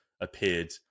appeared